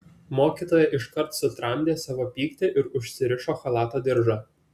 mokytoja iškart sutramdė savo pyktį ir užsirišo chalato diržą